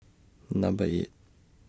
Number eight